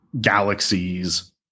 galaxies